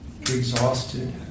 Exhausted